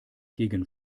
gegen